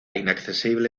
inaccesible